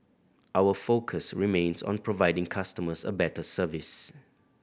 our focus remains on providing customers a better service